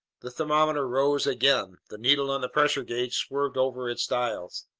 the thermometer rose again. the needle on the pressure gauge swerved over its dial.